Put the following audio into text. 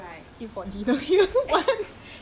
but if I eat for dinner here right